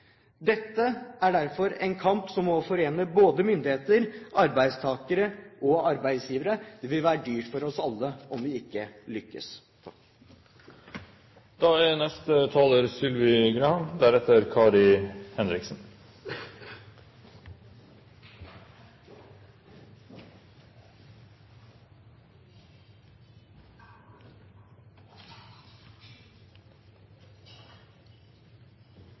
Dette er derfor en kamp som må forene både myndigheter, arbeidstakere og arbeidsgivere. Det vil bli dyrt for oss alle om vi ikke lykkes. La meg starte med å si at jeg synes det er